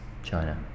China